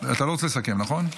אתה לא רוצה לסכם, נכון?